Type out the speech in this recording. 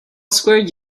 squared